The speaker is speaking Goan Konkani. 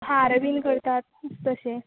हार बीन करतात तशें